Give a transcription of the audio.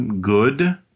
good